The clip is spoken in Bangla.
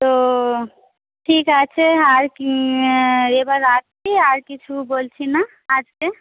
তো ঠিক আছে আর কি এবার রাখছি আর কিছু বলছি না আজকে